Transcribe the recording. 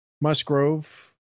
Musgrove